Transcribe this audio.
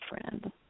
friend